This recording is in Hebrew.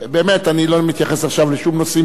אני לא מתייחס עכשיו לשום נושאים פוליטיים,